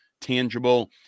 tangible